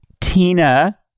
Tina